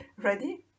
Ready